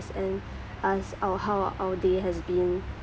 and ask our how our day has been